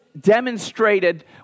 demonstrated